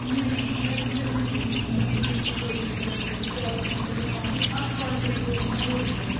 مےٚ بہٕ ہٮ۪کو نہٕ تۄہہِ ؤنۍ تھٕے مطلب مےٚ کِتھ کٔنۍ کوٚر یہِ مطلب یہِ کال کِتھ کٔنۍ کٔر مےٚ کَمپٕلیٖٹ اَتھ کالہِ پٮ۪ٹھ لوٚگ مےٚ اوٚڑ گٲنٛٹہٕ